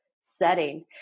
setting